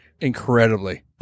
incredibly